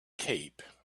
cape